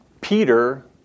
Peter